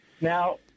Now